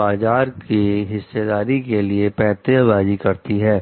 बाजार की हिस्सेदारी के लिए पैंतरेबाजी करती हैं